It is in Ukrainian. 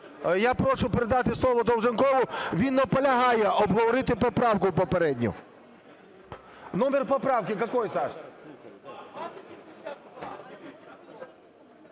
Я прошу передати слово Долженкову, він наполягає обговорити поправку попередню. Номер поправки какой, Саша?